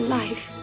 life